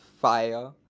fire